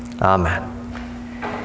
Amen